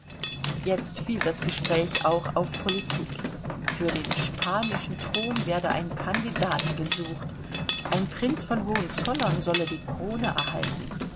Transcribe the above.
jetzt fiel das gespräch auch auf politik für den spanischen thron werde ein kandidat gesucht ein prinz von hohenzollern solle die krone erhalten